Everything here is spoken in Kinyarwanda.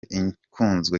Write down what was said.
ikunzwe